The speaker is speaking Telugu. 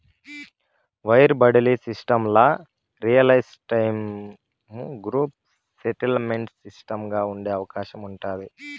వైర్ బడిలీ సిస్టమ్ల రియల్టైము గ్రూప్ సెటిల్మెంటు సిస్టముగా ఉండే అవకాశం ఉండాది